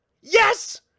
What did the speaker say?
Yes